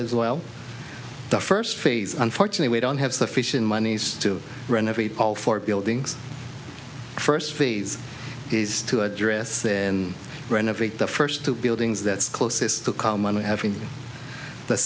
as well the first phase unfortunately we don't have sufficient monies to renovate all four buildings first phase is to address in renovate the first two buildings that's closest to come when we have in the